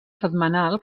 setmanal